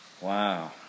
Wow